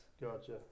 Gotcha